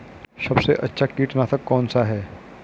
सबसे अच्छा कीटनाशक कौन सा है?